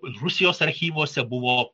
rusijos archyvuose buvo